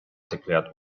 declared